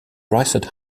priced